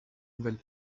nouvelle